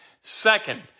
Second